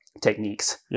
techniques